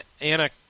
Anna